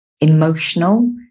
emotional